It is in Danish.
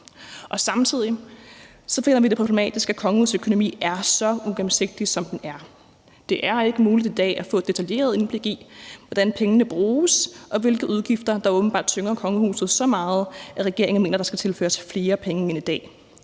Samtidig finder vi det problematisk, at kongehusets økonomi er så uigennemsigtig, som den er. Det er ikke muligt i dag at få et detaljeret indblik i, hvordan pengene bruges, og hvilke udgifter der åbenbart tynger kongehuset så meget, at regeringen mener, at der skal tilføres flere penge end i dag.